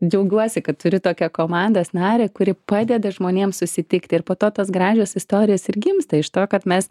džiaugiuosi kad turiu tokią komandos narę kuri padeda žmonėm susitikti ir po to tos gražios istorijos ir gimsta iš to kad mes